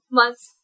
months